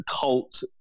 cult